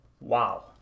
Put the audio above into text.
Wow